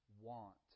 want